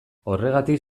horregatik